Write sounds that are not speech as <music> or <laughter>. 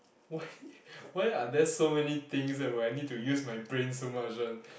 why <laughs> why are there so many things where I need to use my brain so much [one]